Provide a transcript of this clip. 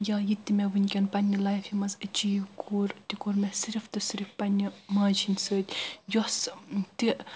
یا یِتہِ مےٚ وُنٛکٮ۪ن پنٕنہِ لایفہِ منٛز ایچیٖو کوٚر تہِ کوٚر مےٚ صِرف تہٕ صِرف پنٕنہِ ماجہِ ہٕنٛدِ سۭتۍ یۅس تہِ